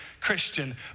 Christian